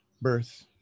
birth